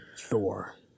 Thor